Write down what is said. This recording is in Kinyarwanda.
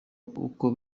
uko